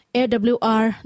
awr